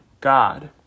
God